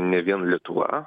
ne vien lietuva